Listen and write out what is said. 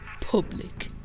public